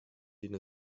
denen